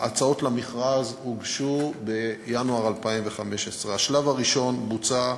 ההצעות למכרז הוגשו בינואר 2015. השלב הראשון בוצע,